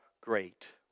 great